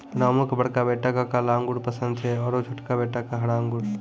रामू के बड़का बेटा क काला अंगूर पसंद छै आरो छोटका बेटा क हरा अंगूर